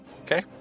Okay